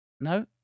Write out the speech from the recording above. No